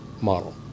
model